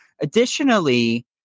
Additionally